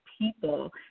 People